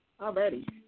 already